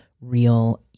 real